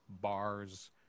bars